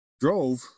drove